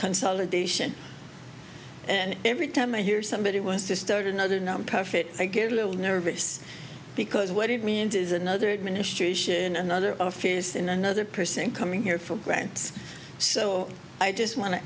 consolidation and every time i hear somebody wants to start another nonprofit a good little nervous because what it means is another administration another in another person coming here for grants so i just want to